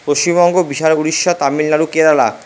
Paschimbanga Orissa Tamil Nadu Kerala